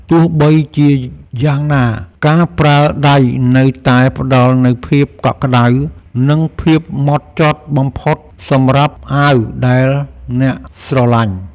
ទោះជាយ៉ាងណាការប្រើដៃនៅតែផ្តល់នូវភាពកក់ក្តៅ និងភាពហ្មត់ចត់បំផុតសម្រាប់អាវដែលអ្នកស្រឡាញ់។